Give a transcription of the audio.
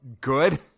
good